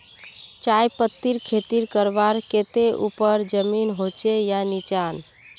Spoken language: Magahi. चाय पत्तीर खेती करवार केते ऊपर जमीन होचे या निचान?